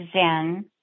Zen